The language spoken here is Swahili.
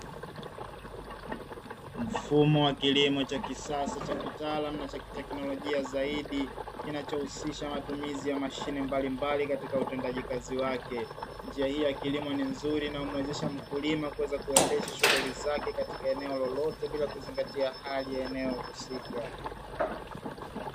Mfumo wa kilimo cha kisasa cha kitaalamu na cha kiteknolojia zaidi, kinachohusisha matumizi ya mashine mbalimbali katika utendaji kazi wake. Njia hii ya kilimo ni nzuri na humwezesha mkulima kuweza kuendesha shughuli zake katika eneo lolote bila kuzingatia hali ya eneo husika.